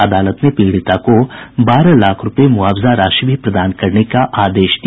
अदालत ने पीड़िता को बारह लाख रूपये की मुआवजा राशि भी प्रदान करने का आदेश दिया